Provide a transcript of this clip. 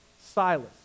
Silas